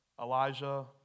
Elijah